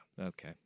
Okay